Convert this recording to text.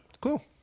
Cool